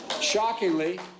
Shockingly